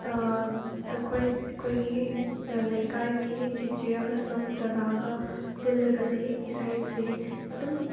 ꯑꯩꯈꯣꯏꯒꯤ ꯂꯩꯀꯥꯏꯒꯤ ꯆꯤꯆꯦ ꯑꯃꯁꯨꯡ ꯗꯗꯥꯒ ꯄꯨꯜꯂꯒꯗꯤ ꯏꯁꯩ ꯑꯁꯤ ꯑꯗꯨꯝ